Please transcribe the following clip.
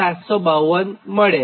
752 મળે